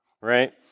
right